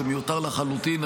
זה מיותר לחלוטין.